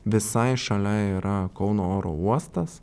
visai šalia yra kauno oro uostas